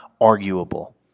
arguable